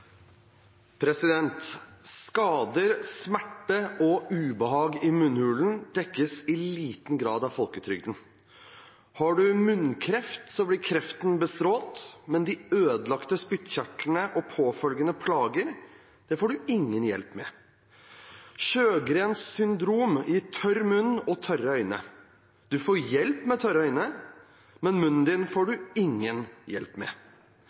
samarbeide. «Skader, smerte og ubehag i munnhulen dekkes i liten grad av folketrygden. Har du munnkreft, blir kreften bestrålt, men de ødelagte spyttkjertlene og påfølgende plager får du ikke hjelp med. Sjøgrens syndrom gir tørr munn og tørre øyne. Du får hjelp mot tørre øyne, men munnen din får du ingen hjelp med.